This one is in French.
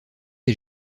est